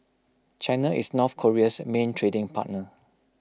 China is north Korea's main trading partner